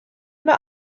mae